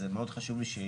וזה מאוד חשוב לי שידברו.